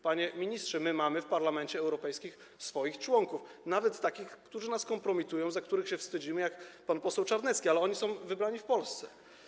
Panie ministrze, my mamy w Parlamencie Europejskim swoich członków, nawet takich, którzy nas kompromitują, za których się wstydzimy, jak pan poseł Czarnecki, ale oni są wybrani w Polsce.